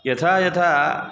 यथा यथा